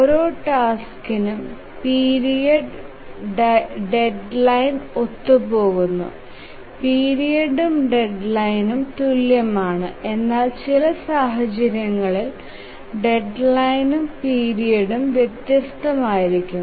ഓരോ ടാസ്കിനും പീരിയഡ് ഡെഡ്ലൈനും ഒത്തുപോകുന്നു പീരിയഡ്ഉം ഡെഡ്ലൈനും തുല്യമാണ് എന്നാൽ ചില സാഹചര്യങ്ങളിൽ ഡെഡ്ലൈനും പീരിയഡ്ഉം വ്യത്യസ്തമായിരിക്കും